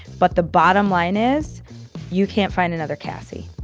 but the bottom line is you can't find another cassie